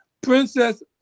Princess